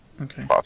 okay